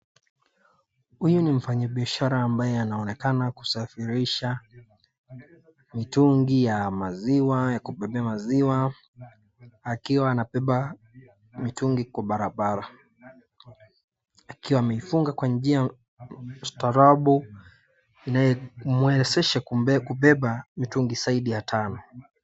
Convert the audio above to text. Huyu ni mfanya biashara ambaye anaonekana kusafirisha mitungi ya maziwa ya kubeba maziwa akiwa anabeba mitungi kwa barabara akiwa ameifungwa kwa njia staarabu inayo mwezesha kubeba mitungi zaidi ya tano.